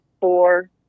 four